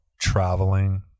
traveling